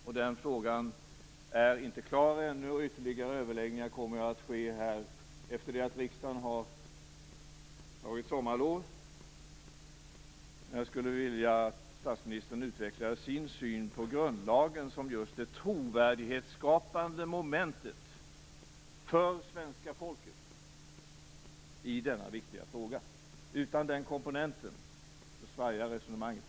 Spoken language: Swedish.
I den frågan är man ännu inte klar. Ytterligare överläggningar kommer att ske efter det att riksdagen har tagit sommarlov. Jag skulle vilja att statsministern utvecklade sin syn på grundlagen som just det trovärdighetsskapande momentet för svenska folket i denna viktiga fråga. Utan den komponenten svajar resonemanget.